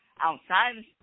outside